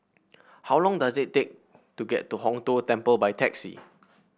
how long does it take to get to Hong Tho Temple by taxi